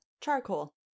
charcoal